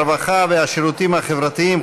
הרווחה והשירותים החברתיים,